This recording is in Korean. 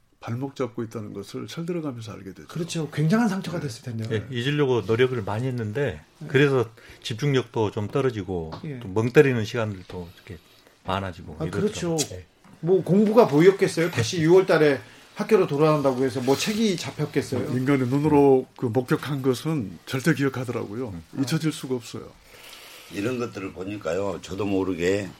발목 잡고 있다는 것을 철들어가면서 알게 됐죠. 그렇죠. 굉장한 상처가 네. 됐을 텐데요. 네, 네. 잊으려고 노력을 많이 했는데 네. 그래서 집중력도 좀 떨어지고 예. 또 멍때리는 시간들도 이렇게 많아지고 아, 이러더라고요. 그렇죠. 네. 뭐 공부가 보였겠어요? 다시 네. 6월 달에 학교로 돌아간다고 해서 뭐 책이 잡혔겠어요? 인간의 눈으로 음. 그 목격한 것은 절대 기억하더라고요. 음. 잊혀질 수가 없어요. 이런 것들을 보니까요, 저도 모르게